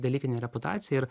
dalykinė reputacija ir